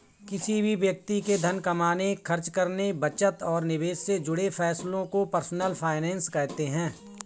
किसी भी व्यक्ति के धन कमाने, खर्च करने, बचत और निवेश से जुड़े फैसलों को पर्सनल फाइनैन्स कहते हैं